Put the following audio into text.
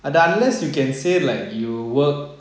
அது:athu unless you can say like you work